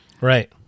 Right